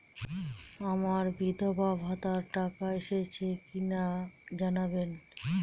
আমার বিধবাভাতার টাকা এসেছে কিনা জানাবেন?